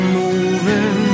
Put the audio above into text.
moving